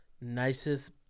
nicest